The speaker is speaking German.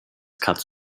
katz